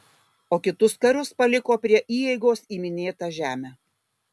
o kitus karius paliko prie įeigos į minėtą žemę